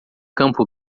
campo